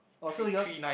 oh so yours